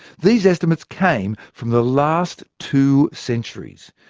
these estimates came from the last two centuries,